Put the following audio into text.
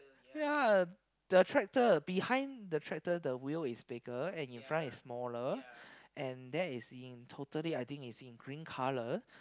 ya the tractor behind the tractor the wheel is bigger and in front is smaller and that is in totally I think is in green colour